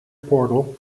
portal